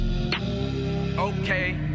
Okay